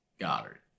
Goddard